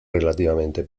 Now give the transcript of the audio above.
relativamente